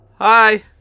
Hi